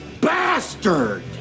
bastard